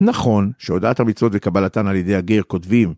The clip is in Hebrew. נכון, שהודעת המצוות וקבלתן על ידי הגר, כותבים....